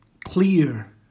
clear